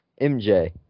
MJ